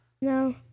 No